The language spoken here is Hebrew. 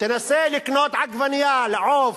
תנסה לקנות עגבנייה, עוף,